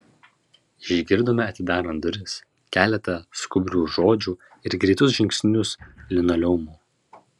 išgirdome atidarant duris keletą skubrių žodžių ir greitus žingsnius linoleumu